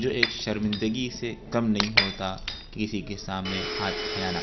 جو ایک شرمندگی سے کم نہیں ہوتا کہ کسی کے سامنے ہاتھ پھیلانا